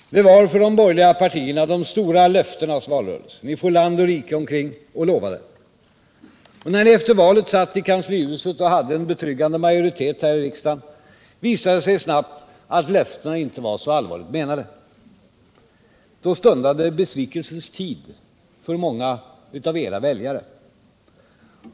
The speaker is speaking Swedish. Det var, för de borgerliga partierna, de stora löftenas valrörelse. Ni for land och rike kring och lovade. När ni efter valet satt i kanslihuset och hade en betryggande majoritet här i riksdagen, visade det sig snabbt att löftena inte var allvarligt menade. Då stundade besvikelsens tid för många av era väljare.